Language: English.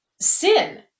sin